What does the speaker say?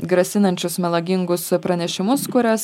grasinančius melagingus pranešimus kuriuos